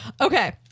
Okay